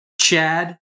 chad